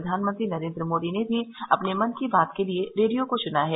प्रधानमंत्री नरेन्द्र मोदी ने भी अपने मन की बात के लिये रेडियो को चुना है